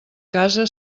casa